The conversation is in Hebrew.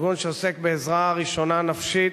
ארגון שעוסק בעזרה ראשונה נפשית,